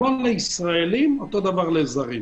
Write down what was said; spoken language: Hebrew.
כמו ישראלים גם זרים.